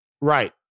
right